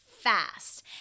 Fast